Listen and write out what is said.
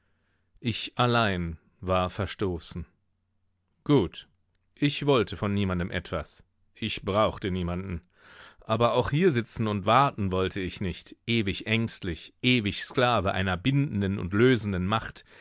ich allein war verstoßen gut ich wollte von niemandem etwas ich brauchte niemanden aber auch hiersitzen und warten wollte ich nicht ewig ängstlich ewig sklave einer bindenden und lösenden macht